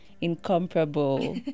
incomparable